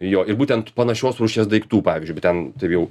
jo ir būtent panašios rūšies daiktų pavyzdžiui va ten turėjau